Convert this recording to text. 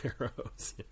arrows